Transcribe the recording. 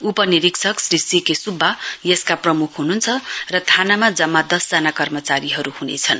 उपनिरीक्षक श्री सेकि सुब्बा यसका प्रमुख हुनुहुन्छ र थानामा जम्मा दसजना कर्मचारीहरू हुनेछन्